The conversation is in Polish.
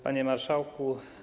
Panie Marszałku!